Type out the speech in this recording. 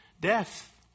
death